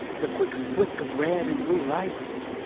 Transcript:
the quick flick of red and blue lights,